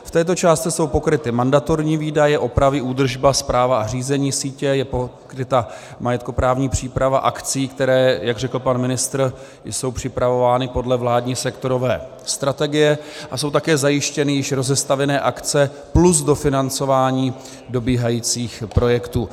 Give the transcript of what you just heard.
V této částce jsou pokryty mandatorní výdaje, opravy, údržba, správa a řízení sítě, je pokryta majetkoprávní příprava akcí, které, jak řekl pan ministr, jsou připravovány podle vládní sektorové strategie, a jsou také zajištěny již rozestavěné akce plus dofinancování dobíhajících projektů.